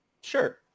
sure